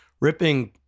ripping